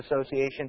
Association